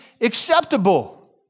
acceptable